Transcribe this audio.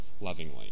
lovingly